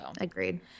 agreed